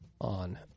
on